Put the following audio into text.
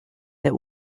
that